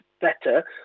better